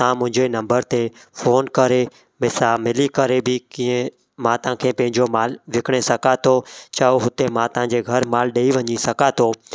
त तव्हां मुंहिंजे नम्बर ते फ़ोन करे मूंसां मिली करे बि कीअं मां तव्हांखे पंहिंजो मालु विकिणे सघां थो छा हो हुते मां तव्हांजे घरु मालु ॾई वञी सघां थो